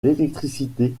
l’électricité